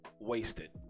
Wasted